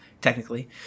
technically